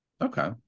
okay